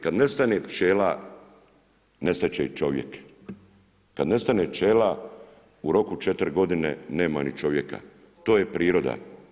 Kad nestane pčela, nestat će i čovjeka.“ Kad nestane pčela u roku 4 godine, nema ni čovjeka, to je priroda.